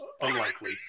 unlikely